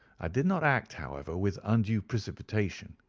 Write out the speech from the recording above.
i did not act, however, with undue precipitation.